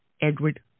Edward